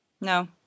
no